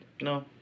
No